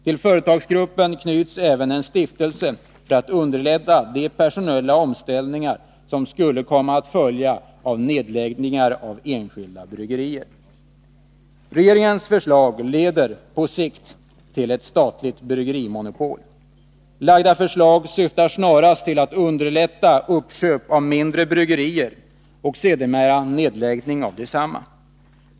Till företagsgruppen knyts även en stiftelse för att underlätta de personella omställningar som skulle komma att följa nedläggningar av enskilda bryggerier. Regeringens förslag leder på sikt till ett statligt bryggerimonopol. Det framlagda förslaget syftar snarast till att underlätta uppköp av mindre bryggerier och sedermera nedläggning av desamma.